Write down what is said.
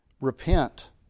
Repent